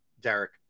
Derek